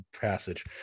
passage